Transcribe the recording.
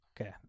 Okay